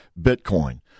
Bitcoin